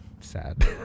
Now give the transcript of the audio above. sad